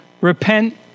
repent